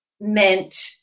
meant